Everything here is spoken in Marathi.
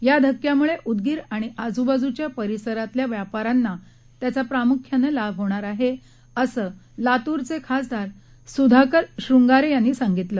या धक्क्यामुळे उद्गीर आणि आजू बाजुच्या परिसरातल्या व्यापाऱ्यांना त्याचा प्रामुख्यानं लाभ होणार आहे असं लातूरचे खासदार सुधाकर श्रुंगारे यांनी संगितलं